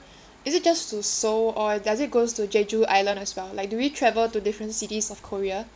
is it just to seoul or does it goes to jeju island as well like do we travel to different cities of korea